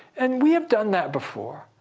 and we have done that before.